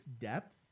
depth